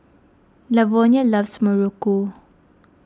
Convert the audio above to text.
Lavonia loves Muruku